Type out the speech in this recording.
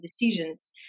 decisions